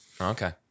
Okay